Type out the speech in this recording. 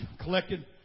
collected